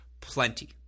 Plenty